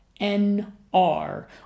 nr